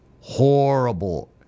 horrible